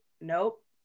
nope